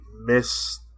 miss